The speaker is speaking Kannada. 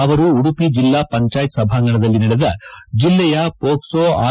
ಅವರು ಉಡುಪಿ ಜಿಲ್ಲಾ ಪಂಚಾಯತ್ ಸಭಾಂಗಣದಲ್ಲಿ ನಡೆದ ಜಿಲ್ಲೆಯ ಪೋಕ್ಸೋ ಆರ್